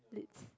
lit